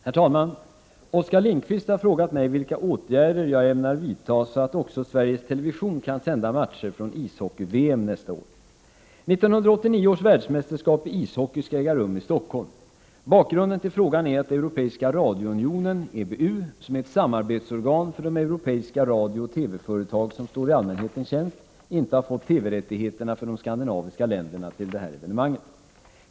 Herr talman! Oskar Lindkvist har frågat mig vilka åtgärder jag ämnar vidta, så att också Sveriges Television kan sända matcher från ishockey-VM nästa år. 1989 års världsmästerskap i ishockey skall äga rum i Stockholm. Bakgrunden till frågan är att Europeiska radiounionen , som är ett samarbetsorgan för de europeiska radiooch TV-företag som står i allmähetens tjänst, inte har fått TV-rättigheterna för de skandinaviska länderna till detta evenemang.